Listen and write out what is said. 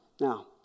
Now